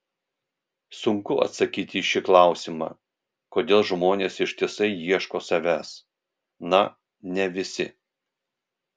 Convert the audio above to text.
sunku atsakyti į šį klausimą kodėl žmonės ištisai ieško savęs na ne visi